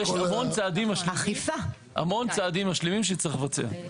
אני מסכים שיש המון צעדים משלימים שצריך לבצע,